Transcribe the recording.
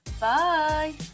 Bye